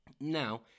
now